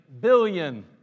billion